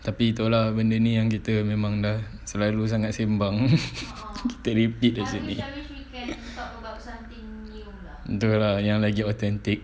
tapi itu lah benda ni yang kita memang dah selalu sangat sembang teliti macam tu lah lagi authentic